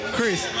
Chris